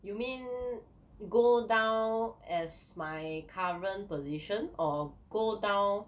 you mean go down as my current position or go down